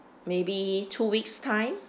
maybe two weeks time